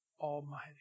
Almighty